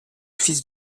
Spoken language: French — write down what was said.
fils